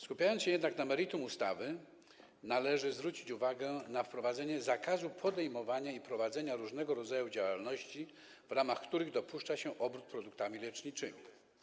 Skupiając się jednak na meritum ustawy, należy zwrócić uwagę na wprowadzenie zakazu podejmowania i prowadzenia różnego rodzaju działalności, w ramach których dopuszcza się obrót produktami leczniczymi.